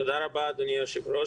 תודה רבה, אדוני היושב-ראש.